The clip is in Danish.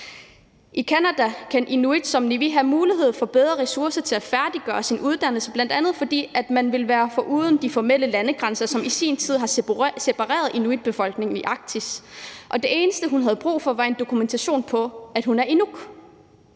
I Canada kan inuit som Nivi få mulighed for at få bedre ressourcer til at færdiggøre sin uddannelse, bl.a. fordi man vil være fri for de formelle landegrænser, som i sin tid har separeret inuitbefolkningen i Arktis. Det eneste, hun havde brug for, var en dokumentation for, at hun er inuk.